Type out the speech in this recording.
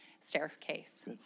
staircase